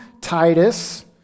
Titus